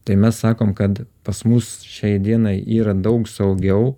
tai mes sakom kad pas mus šiai dienai yra daug saugiau